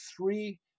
three